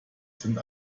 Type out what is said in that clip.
sind